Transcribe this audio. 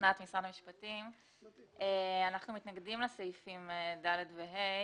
אנחנו מתנגדים לסעיפים (ד) ו-(ה).